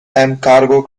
cargo